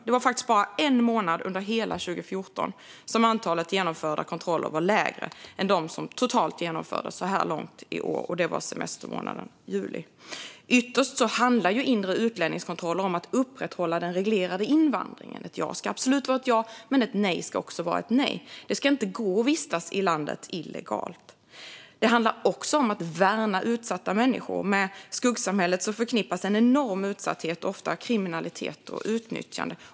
Det var faktiskt bara under en månad under hela 2014 som antalet genomförda kontroller var mindre än de som totalt genomförts så här långt det här året, och det var semestermånaden juli. Ytterst handlar inre utlänningskontroller om att upprätthålla den reglerade invandringen. Ett ja ska absolut vara ett ja, men ett nej ska också vara ett nej. Det ska inte gå att vistas i landet illegalt. Det handlar också om att värna utsatta människor. Med skuggsamhället förknippas en enorm utsatthet och ofta kriminalitet och utnyttjande.